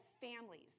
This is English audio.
families